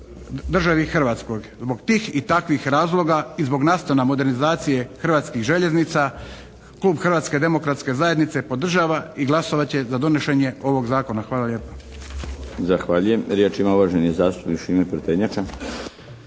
državi Hrvatskoj. Zbog tih i takvih razloga i zbog nastojanja modernizacije Hrvatskih željeznica Klub Hrvatske demokratske zajednice podržava i glasovat će za donošenje ovog Zakona. Hvala lijepo. **Milinović, Darko (HDZ)** Zahvaljujem. Riječ ima uvaženi zastupnik Šime Prtenjača.